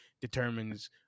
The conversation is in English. determines